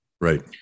Right